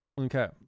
Okay